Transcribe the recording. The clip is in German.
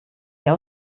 hier